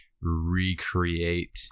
recreate